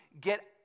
get